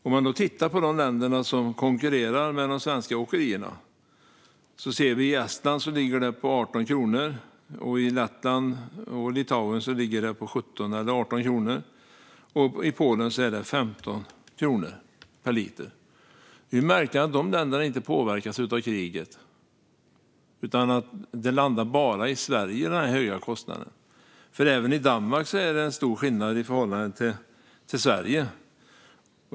Om vi tittar på de länder som konkurrerar med de svenska åkerierna ser vi att dieselpriset i Estland ligger på 18 kronor. I Lettland och Litauen ligger det på 17 eller 18 kronor. I Polen är det 15 kronor per liter. Det är märkligt att dessa länder inte påverkas av kriget och att den höga kostnaden bara landar i Sverige. Även i Danmark är det stor skillnad i förhållande till Sverige.